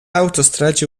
autostradzie